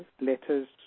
letters